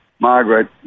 Margaret